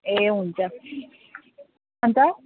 ए हुन्छ अन्त